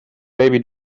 baby